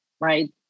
Right